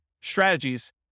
strategies